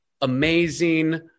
amazing